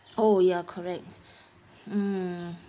oh ya correct hmm